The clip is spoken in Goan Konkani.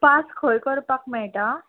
पास खंय करपाक मेळटा